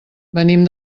venim